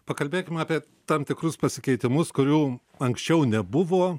pakalbėkim apie tam tikrus pasikeitimus kurių anksčiau nebuvo